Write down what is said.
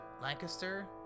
Lancaster